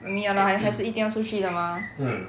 I mean ya lah 还还是一定要出去的 mah